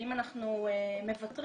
אם אנחנו מוותרים,